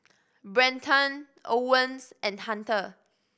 Brenton Owens and Hunter